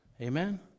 Amen